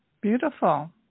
beautiful